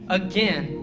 again